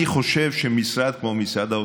אני חושב שמשרד כמו משרד האוצר,